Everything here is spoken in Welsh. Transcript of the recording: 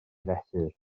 fesur